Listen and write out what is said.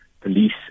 police